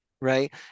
right